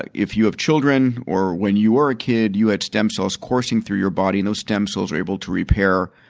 like if you have children or when you were a kid, you had stem cells coursing through your body and those stem cells were able to repair